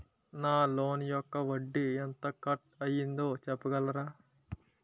నా లోన్ యెక్క వడ్డీ ఎంత కట్ అయిందో చెప్పగలరా?